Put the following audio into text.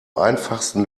einfachsten